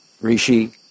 Rishi